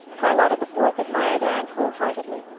charlotta the fourth admired anne wholeheartedly.